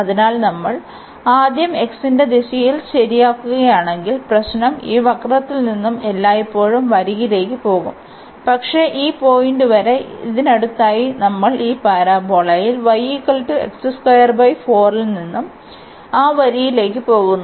അതിനാൽ നമ്മൾ ആദ്യം x ന്റെ ദിശയിൽ ശരിയാക്കുകയാണെങ്കിൽ പ്രശ്നം ഈ വക്രത്തിൽ നിന്ന് എല്ലായ്പ്പോഴും വരിയിലേക്ക് പോകും പക്ഷേ ഈ പോയിന്റ് വരെ ഇതിനടുത്തായി നമ്മൾ ഈ പരാബോളയിൽ y നിന്ന് ആ വരിയിലേക്ക് പോകുന്നു